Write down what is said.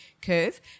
curve